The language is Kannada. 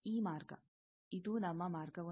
ಈ ಮಾರ್ಗ ಇದು ನಮ್ಮ ಮಾರ್ಗ 1